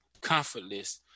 comfortless